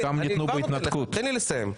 אני כבר נותן לך, תן לי לסיים.